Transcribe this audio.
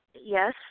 yes